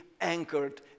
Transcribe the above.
anchored